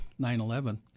9-11